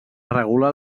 regular